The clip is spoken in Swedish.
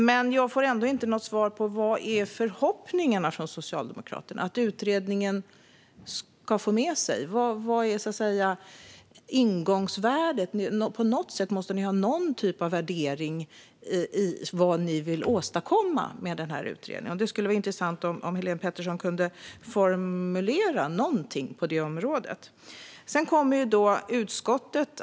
Men jag får inget svar på vad som är förhoppningen från Socialdemokraterna att utredningen ska föra med sig. Vad är ingångsvärdet? Ni måste ha någon typ av värdering när det gäller vad ni vill åstadkomma med den här utredningen. Det skulle vara intressant om Helén Pettersson kunde formulera någonting på det området.